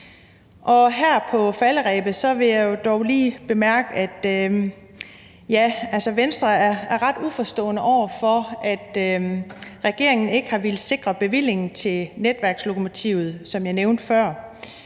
Her på falderebet vil jeg dog lige bemærke, at Venstre er ret uforstående over for, at regeringen ikke har villet sikre bevillingen til Netværkslokomotivet, som jeg nævnte før,